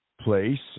place